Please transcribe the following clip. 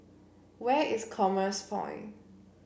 where is Commerce Point